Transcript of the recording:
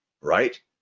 right